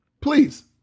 Please